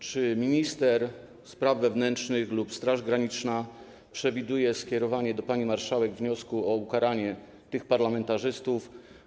Czy minister spraw wewnętrznych lub Straż Graniczna przewidują skierowanie do pani marszałek wniosku o ukaranie tych parlamentarzystów?